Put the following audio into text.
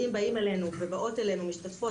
אם באים אלינו ובאות אלינו משתתפות